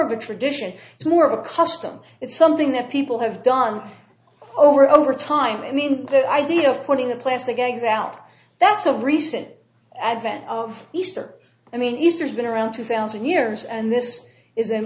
of a tradition it's more of a custom it's something that people have done over over time i mean the idea of putting the plastic bags out that's a recent advent of easter i mean easter has been around two thousand years and th